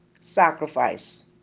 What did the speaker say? sacrifice